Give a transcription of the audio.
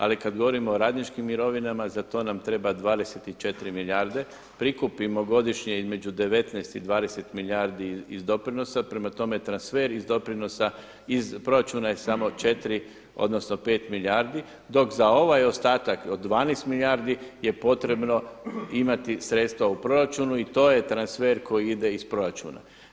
Ali kad govorimo o radničkim mirovinama za to nam treba 24 milijarde, prikupimo godišnje između 19 i 20 milijardi iz doprinosa, prema tome, transfer iz doprinosa, iz proračuna je samo 4 odnosno 5 milijardi dok za ovaj ostatak od 12 milijardi je potrebno imati sredstva u proračunu i to je transfer koji ide iz proračuna.